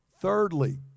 Thirdly